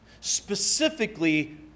specifically